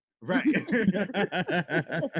Right